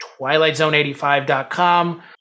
twilightzone85.com